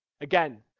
Again